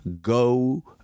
go